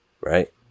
Right